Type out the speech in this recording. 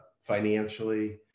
financially